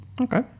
Okay